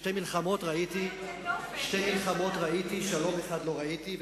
שתי מלחמות ראיתי, שלום אחד לא ראיתי.